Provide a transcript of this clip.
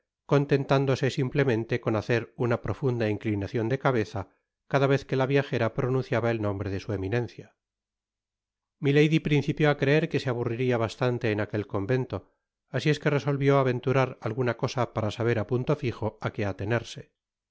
tándose simplemente con hacer una profunda inclinacion de cabeza cada vez que la viajera pronunciaba el nombre de su eminencia milady principió á creer que se aburriría bastante en aquel convento asi es que resolvió aventurar alguna cosa para saber á punto fijo á que atenerse